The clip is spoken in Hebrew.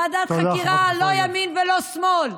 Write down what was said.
ועדת חקירה, לא ימין ולא שמאל.